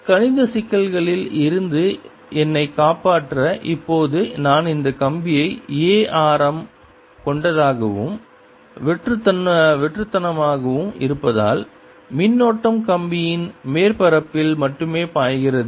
கணித சிக்கல்களில் இருந்து என்னைக் காப்பாற்ற இப்போது நான் இந்த கம்பியை a ஆரம் கொண்டதாகவும் வெற்றுத்தனமாகவும் இருப்பதால் மின்னோட்டம் கம்பியின் மேற்பரப்பில் மட்டுமே பாய்கிறது